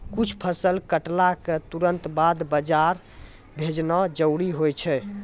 कुछ फसल कटला क तुरंत बाद बाजार भेजना जरूरी होय छै